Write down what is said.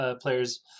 players